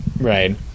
Right